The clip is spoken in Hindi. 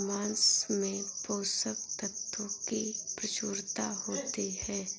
माँस में पोषक तत्त्वों की प्रचूरता होती है